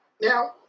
Now